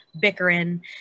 bickering